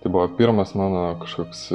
tai buvo pirmas mano kažkoks